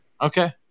Okay